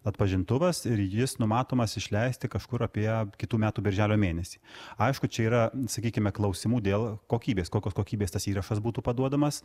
atpažintuvas ir jis numatomas išleisti kažkur apie kitų metų birželio mėnesį aišku čia yra sakykime klausimų dėl kokybės kokios kokybės tas įrašas būtų paduodamas